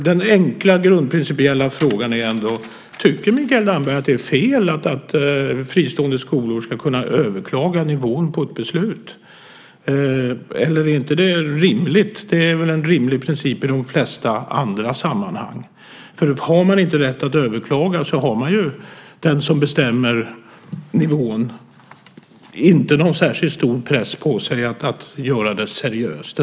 Den enkla principiella grundfrågan är ändå: Tycker Mikael Damberg att det är fel att fristående skolor ska kunna överklaga nivån på ett beslut? Är inte det rimligt? Det är väl en rimlig princip i de flesta andra sammanhang? Har man inte rätt att överklaga har den som bestämmer nivån inte någon särskilt stor press på sig att göra det seriöst.